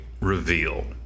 reveal